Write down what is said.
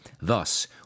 Thus